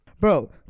Bro